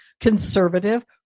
conservative